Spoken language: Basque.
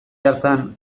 hartan